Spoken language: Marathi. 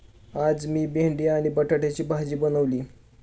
आज मी भेंडी आणि बटाट्याची भाजी बनवली